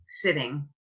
sitting